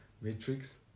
Matrix